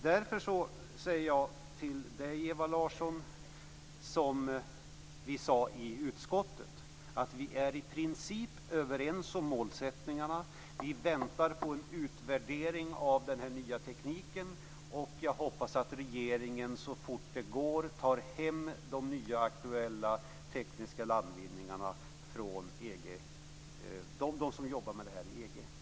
Därför säger jag till dig Ewa Larsson som vi sade i utskottet, nämligen att vi är i princip överens om målsättningarna. Vi väntar på en utvärdering av den nya tekniken, och jag hoppas att regeringen så fort det går tar hem de nya tekniska landvinningarna från dem som arbetar med detta i EG.